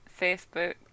Facebook